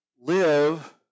Live